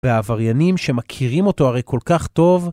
והעבריינים שמכירים אותו הרי כל כך טוב,